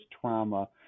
trauma